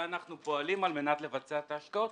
ואנחנו פועלים על מנת לבצע את ההשקעות.